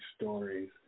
stories